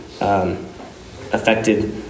affected